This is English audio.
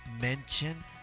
mention